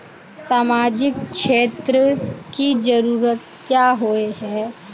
सामाजिक क्षेत्र की जरूरत क्याँ होय है?